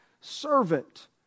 servant